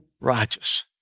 righteous